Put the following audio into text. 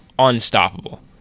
unstoppable